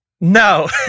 No